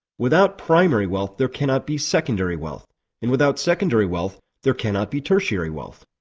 without primary wealth there cannot be secondary wealth and without secondary wealth there cannot be tertiary wealth.